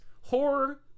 horror